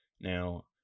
Now